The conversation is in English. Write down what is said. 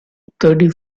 thirty